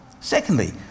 Secondly